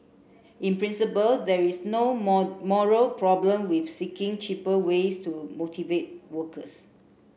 in principle there is no more moral problem with seeking cheaper ways to motivate workers